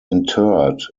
interred